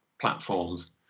platforms